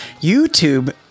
YouTube